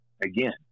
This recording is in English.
again